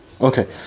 Okay